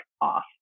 off